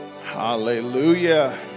Hallelujah